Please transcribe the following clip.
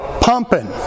pumping